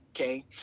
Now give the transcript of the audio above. okay